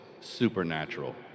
supernatural